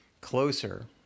closer